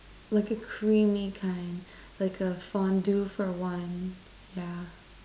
like a creamy kind like a fondue for one yeah